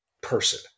person